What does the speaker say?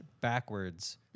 backwards